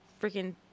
freaking